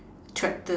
chapter